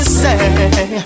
say